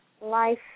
life